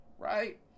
Right